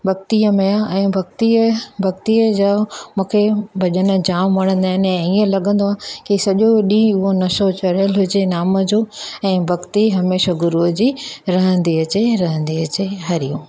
भक्तिमय आहे ऐं भक्तीअ जा मूंखे भजन जाम वणंदा आहिनि ऐं ईअं लॻंदो आहे कि सॼो ॾींहुं उहो नशो चड़ियलु हुजे नाम जो ऐं भक्ति हमेशा गुरुअ जी रहंदी अचे रहंदी अचे हरिओम